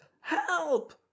help